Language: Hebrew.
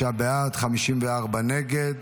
45 בעד, 54 נגד.